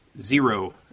Zero